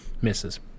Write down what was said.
Misses